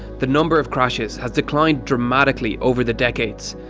the number of crashes has declined dramatically over the decades.